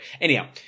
Anyhow